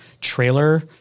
trailer